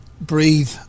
breathe